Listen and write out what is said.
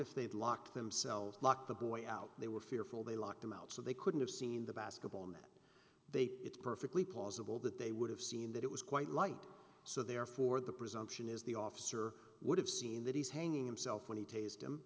if they'd lock themselves locked the boy out they were fearful they locked him out so they couldn't have seen the basketball net they it's perfectly plausible that they would have seen that it was quite light so therefore the presumption is the officer would have seen that he's hanging himself when he taste him